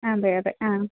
അതെ അതെ അ